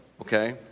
okay